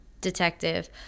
detective